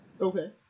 Okay